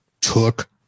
took